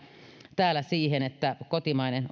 täällä siihen että kotimainen